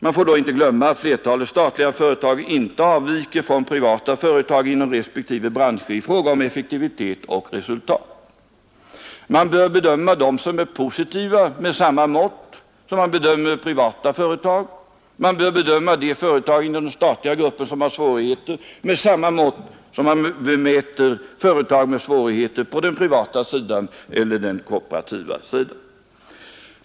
Man får dock inte glömma att flertalet statliga företag inte avviker från privata företag inom respektive branscher i fråga om effektivitet och resultat. Man bör bedöma dem som är positiva med samma mått som man bedömer privata företag. Man bör bedöma de företag inom den statliga gruppen som har svårigheter med samma mått som man bedömer företag med svårigheter på den privata sidan eller den kooperativa sidan.